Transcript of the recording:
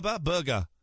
Burger